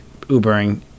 Ubering